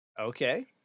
Okay